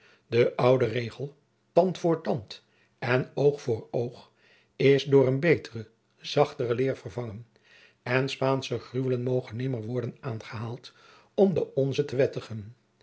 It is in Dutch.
de oude regel tand voor tand en oog voor oog is door eene betere zachtere leer vervangen en spaansche gruwelen mogen nimmer worden aangehaald om de onze te wettigen